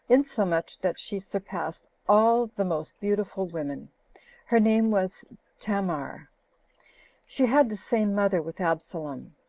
insomuch that she surpassed all the most beautiful women her name was tamar she had the same mother with absalom.